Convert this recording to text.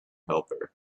helper